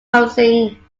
housing